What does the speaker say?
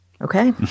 Okay